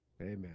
Amen